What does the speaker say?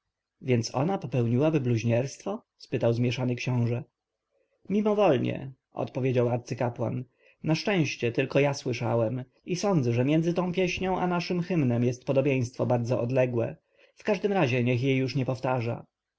więc ona popełniłaby bluźnierstwo spytał zmieszany książę mimowolne odpowiedział arcykapłan na szczęście tylko ja słyszałem i sądzę że między tą pieśnią i naszym hymnem jest podobieństwo bardzo odległe w każdym razie niech jej już nigdy nie powtarza